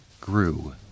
grew